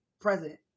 present